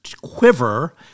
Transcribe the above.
quiver